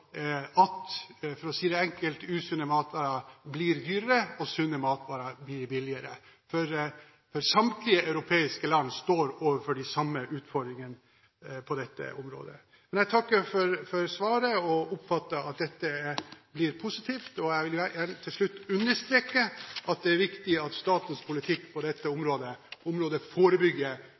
For å si det enkelt: At usunne matvarer blir dyrere, og sunne matvarer blir billigere, for samtlige europeiske land står overfor de samme utfordringene på dette området. Men jeg takker for svaret og oppfatter at dette blir positivt. Jeg vil gjerne til slutt understreke at det er viktig at statens politikk på dette området forebygger